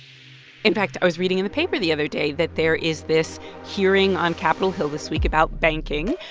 in fact, i was reading in the paper the other day that there is this hearing on capitol hill this week about banking.